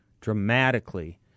dramatically